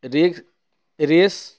rake race